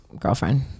girlfriend